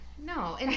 No